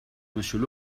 monsieur